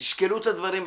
תשקלו את הדברים,